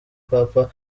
papa